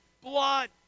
blood